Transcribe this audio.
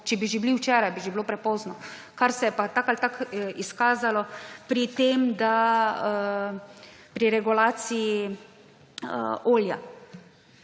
Če bi že bili včeraj, bi že bilo prepozno. Kar se je pa tako ali tako izkazalo pri regulaciji olja.